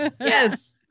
Yes